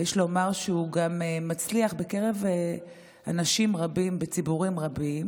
ויש לומר שהוא גם מצליח בקרב אנשים רבים בציבורים רבים,